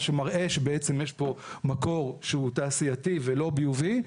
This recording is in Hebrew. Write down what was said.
מה שמראה שבעצם יש פה מקור שהוא תעשייתי ולא ביובי.